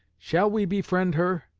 shall we befriend her?